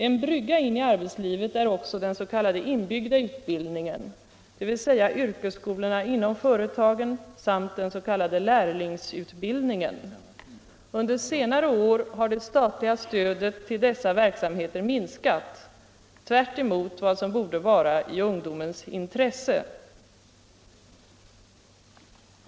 En ”brygga” in i arbetslivet är också den s.k. inbyggda utbildningen, dvs. yrkesskolorna inom företagen samt lärlingsutbildningen. Under senare år har det statliga stödet till dessa verksamheter minskat, tvärt emot vad som borde vara i ungdomens intresse.